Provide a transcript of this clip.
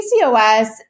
PCOS